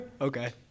Okay